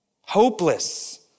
hopeless